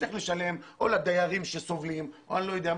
יצטרך לשלם או לדיירים שסובלים או למישהו אחר.